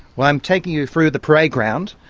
well i'm taking you through the parade ground.